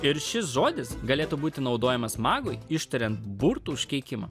ir šis žodis galėtų būti naudojamas magui ištariant burtų užkeikimą